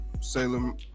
Salem